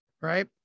right